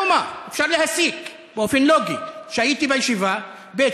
כלומר, אפשר להסיק באופן לוגי, שהייתי בישיבה, ב.